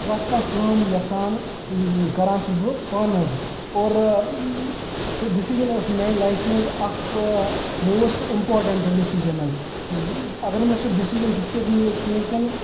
پرٮ۪تھ کانٛہہ کٲم یَژھان کَران چھُس بہٕ پانہٕ حظ اور سُہ ڈٮ۪سِجَن ٲس میٛانہِ لایفہِ ہٕنٛز اَکھ موسٹ اِمپاٹَنٛٹ ڈٮ۪سِجَن حظ اگر نہٕ مےٚ سُہ ڈٮ۪سِجَن تِژھ پھِرِ نِیے کِہیٖنۍ تہِ نہٕ